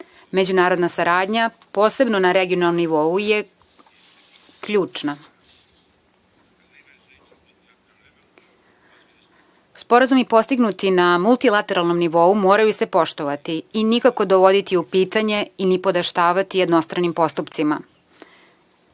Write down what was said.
Međunarodna saradnja posebno na regionalnom nivou je ključna. Sporazumi postignuti na multilateralnom nivou moraju se poštovati i nikako dovoditi u pitanje i nipodaštavati jednostranim postupcima.